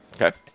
okay